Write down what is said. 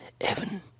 Evan